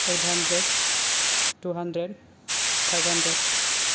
ओइद hundred two hundred five hundred